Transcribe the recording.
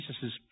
Jesus